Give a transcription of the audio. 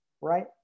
Right